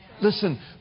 Listen